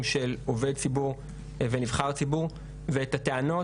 של עובד ציבור ונבחר ציבור ואת הטענות,